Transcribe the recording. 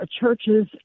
churches